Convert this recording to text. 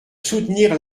soutenir